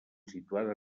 situada